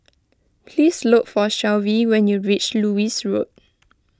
please look for Shelvie when you reach Lewis Road